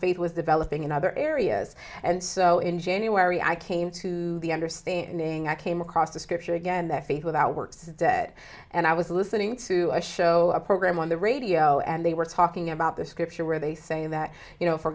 faith was developing in other areas and so in january i came to the understanding i came across the scripture again that faith without works is dead and i was listening to a show a program on the radio and they were talking about the scripture where they say that you know for